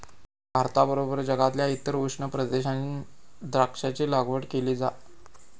भारताबरोबर जगातल्या इतर उष्ण प्रदेशात द्राक्षांची लागवड केली जा